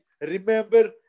remember